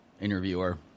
interviewer